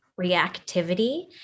reactivity